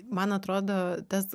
man atrodo tas